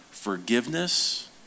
forgiveness